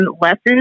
lessons